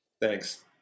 Thanks